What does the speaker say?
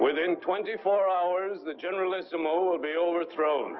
within twenty four hours the journalism old be overthrown